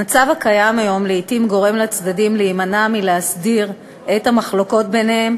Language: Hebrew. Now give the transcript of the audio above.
המצב הקיים היום לעתים גורם לצדדים להימנע מלהסדיר את המחלוקות ביניהם,